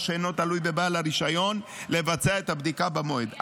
שלא תלוי בבעל הרישיון לבצע את הבדיקה במועד,